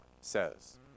says